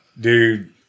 dude